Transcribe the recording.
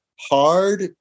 hard